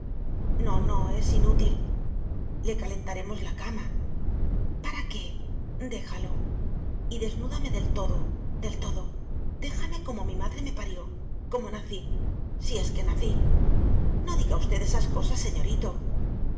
no no es inútil le calentaremos la cama para qué déjalo y desnúdame del todo del todo déjame como mi madre me parió como nací si es que nací no diga usted esas cosas señorito